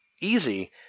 easy